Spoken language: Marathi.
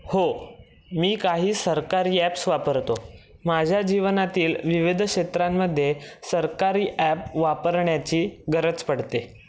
हो मी काही सरकारी ॲप्स वापरतो माझ्या जीवनातील विविध क्षेत्रांमध्ये सरकारी ॲप वापरण्याची गरज पडते